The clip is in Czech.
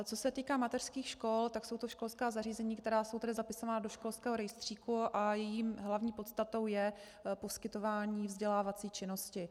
Co se týká mateřských škol, tak jsou to školská zařízení, která jsou zapisována do školského rejstříku, a jejich hlavní podstatou je poskytování vzdělávací činnosti.